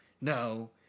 No